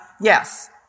yes